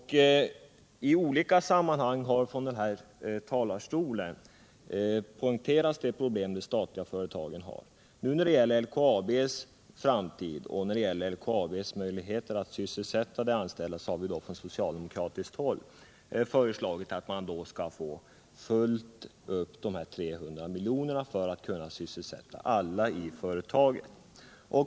I olika sammanhang har från denna talarstol poängterats de problem de statliga företagen har. När det nu gäller LKAB:s framtid och möjligheter att sysselsätta de anställda har vi från socialdemokratiskt håll föreslagit att man skall få de 300 miljonerna för att kunna sysselsätta alla i företaget.